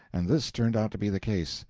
and this turned out to be the case.